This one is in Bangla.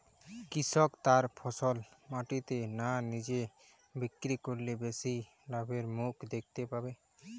কৃষক তার ফসল মান্ডিতে না নিজে বিক্রি করলে বেশি লাভের মুখ দেখতে পাবে?